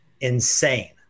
insane